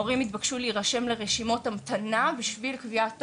הורים התבקשו להירשם לרשימת המתנה בשביל קביעת תור.